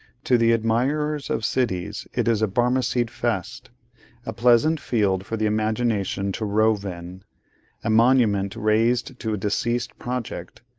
to the admirers of cities it is a barmecide feast a pleasant field for the imagination to rove in a monument raised to a deceased project,